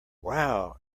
wow